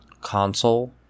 console